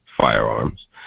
firearms